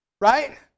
right